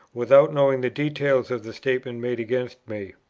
without knowing the details of the statement made against me,